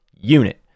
unit